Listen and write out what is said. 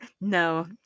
No